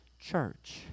Church